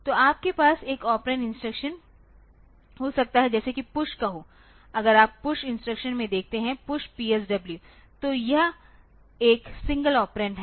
तो आपके पास एक ऑपरेंड इंस्ट्रक्शन हो सकता है जैसे कि PUSH कहो अगर आप PUSH इंस्ट्रक्शन में देखते हैं PUSH PSW तो यह एक सिंगल ऑपरेंड है